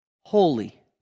holy